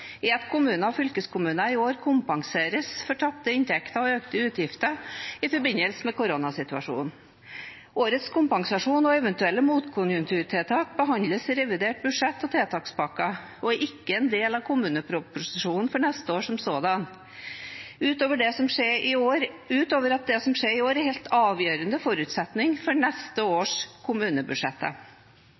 er at kommuner og fylkeskommuner i år kompenseres for tapte inntekter og økte utgifter i forbindelse med koronasituasjonen. Årets kompensasjon og eventuelle motkonjunkturtiltak behandles i revidert budsjett og tiltakspakker og er ikke en del av kommuneproposisjonen for neste år som sådan, utover at det som skjer i år, er en helt avgjørende forutsetning for neste års